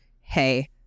hey